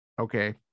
okay